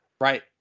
right